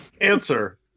Answer